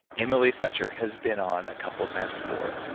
emily fletcher, has been on a couple of times before.